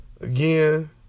Again